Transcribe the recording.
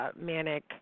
manic